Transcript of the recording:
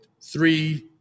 three